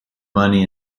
money